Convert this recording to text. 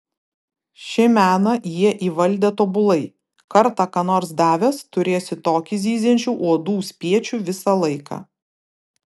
šį meną jie įvaldę tobulai kartą ką nors davęs turėsi tokį zyziančių uodų spiečių visą laiką